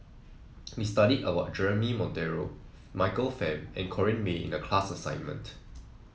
we studied about Jeremy Monteiro Michael Fam and Corrinne May in the class assignment